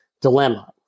dilemma